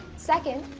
second,